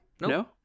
No